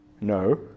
No